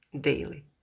daily